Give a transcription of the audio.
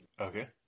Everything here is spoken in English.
Okay